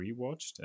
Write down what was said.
rewatched